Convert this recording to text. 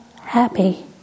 happy